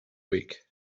week